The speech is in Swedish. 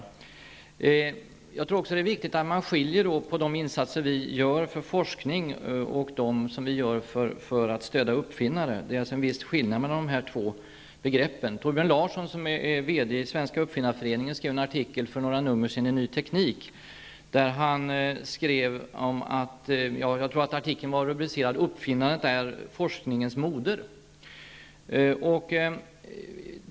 Det är viktigt att man skiljer på de insatser vi gör för forskning och för att stödja uppfinnare. Det är en viss skillnad mellan dessa två begrepp. Torbjörn Larsson, VD i Svenska Uppfinnareföreningen, skrev en artikel för ett tag sedan i Ny Teknik. Jag tror att artikeln var rubricerad Uppfinnandet är forskningens moder.